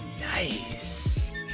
nice